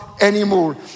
anymore